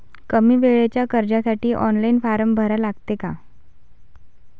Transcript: कमी वेळेच्या कर्जासाठी ऑनलाईन फारम भरा लागते का?